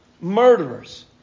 murderers